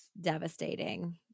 devastating